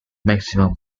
maximum